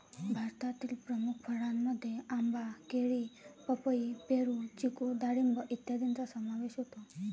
भारतातील प्रमुख फळांमध्ये आंबा, केळी, पपई, पेरू, चिकू डाळिंब इत्यादींचा समावेश होतो